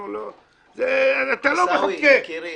יקירי,